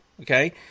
Okay